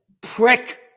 Prick